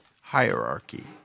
hierarchy